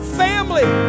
family